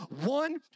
One